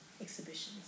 exhibitions